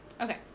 Okay